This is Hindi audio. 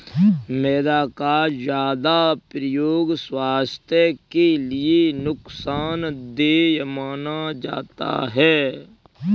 मैदा का ज्यादा प्रयोग स्वास्थ्य के लिए नुकसान देय माना जाता है